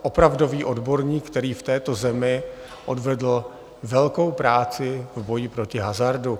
Opravdový odborník, který v této zemi odvedl velkou práci v boji proti hazardu.